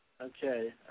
Okay